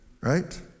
right